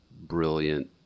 brilliant